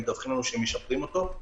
והם מדווחים לנו שהם משפרים אותו.